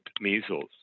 measles